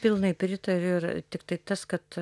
pilnai pritariu ir tiktai tas kad